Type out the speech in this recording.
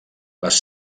les